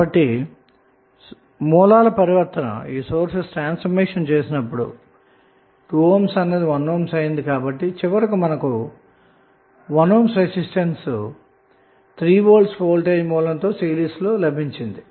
ఇప్పుడు source transformation చేస్తే మనకు 1 ohm రెసిస్టెన్స్ సిరీస్ లో 3 volt వోల్టేజ్ సోర్స్ లభిస్తుంది